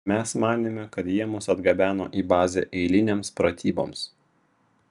mes manėme kad jie mus atgabeno į bazę eilinėms pratyboms